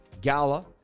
Gala